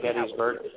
Gettysburg